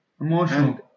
emotional